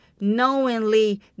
knowingly